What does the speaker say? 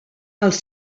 els